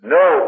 no